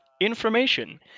Information